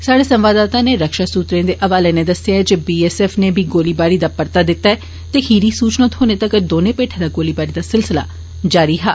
साहडे संवाददाता नै रक्षा सूत्रें दे हवाले नै दस्सेआ ऐ जे बी एस एफ नै बी गोलीबारी दा परता दिता ते खीरी सूचना थ्होने तंगर दोने पेठा दा गोलीबारी दा सिलसिला जारी हा